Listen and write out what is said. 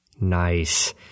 Nice